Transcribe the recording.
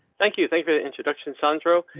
thank you. thanks for the introduction sandro.